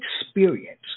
experience